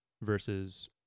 versus